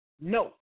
No